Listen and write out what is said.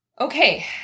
Okay